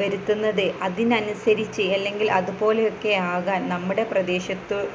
വരുത്തുന്നത് അതിനനുസരിച്ച് അല്ലെങ്കിൽ അതുപോലെയൊക്കെ ആകാൻ നമ്മുടെ പ്രദേശത്ത്